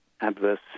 adverse